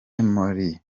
mali